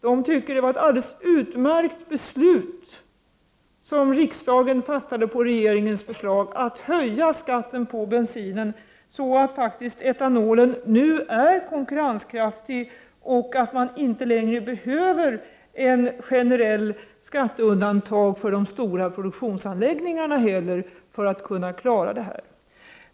LRF tycker att det är ett alldeles utmärkt beslut som riksdagen fattade på regeringens förslag — att höja skatten på bensin, så att etanolen nu faktiskt är konkurrenskraftig, och så att man inte längre behöver ett generellt skatteundantag för de stora produktionsanläggningarna för att kunna klara det här projektet.